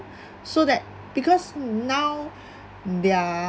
so that because now their